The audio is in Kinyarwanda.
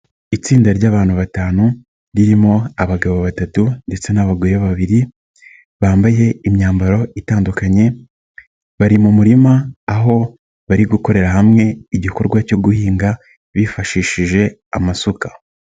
Itsinda ry'abantu batanu ririmo abagabo batatu ndetse nabagore babiri, bambaye imyambaro itandukanye, bari mu murima aho bari gukorera hamwe igikorwa cyo guhinga bifashishije amasuka.